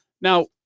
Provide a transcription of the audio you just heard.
Now